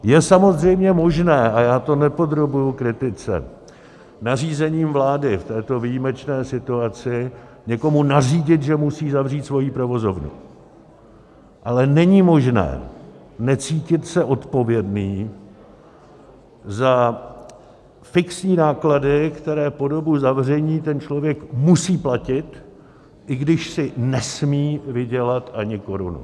Je samozřejmě možné a já to nepodrobuji kritice nařízením vlády v této výjimečné situaci někomu nařídit, že musí zavřít svoji provozovnu, ale není možné necítit se odpovědný za fixní náklady, které po dobu zavření ten člověk musí platit, i když si nesmí vydělat ani korunu.